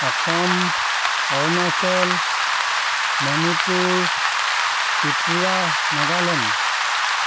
Assam Arunachal Manipur Tripura Nagaland